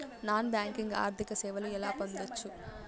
Non banking ఆర్థిక సేవలు ఎలా పొందొచ్చు?